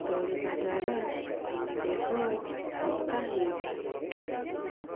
ଦୌଡ଼ିବା ଦ୍ୱାରା ଆମ ଦେହ ହାଲକା ହେଇଥାଏ